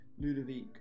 Ludovic